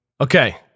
okay